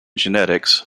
genetics